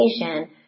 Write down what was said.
education